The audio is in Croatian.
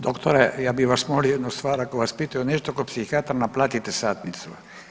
Doktore, ja bi vas molio jednu stvar, ako vas pitam nešto kao psihijatra naplatite satnicu.